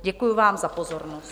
Děkuji vám za pozornost.